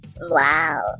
Wow